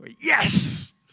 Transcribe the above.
Yes